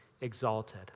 exalted